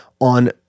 on